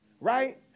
right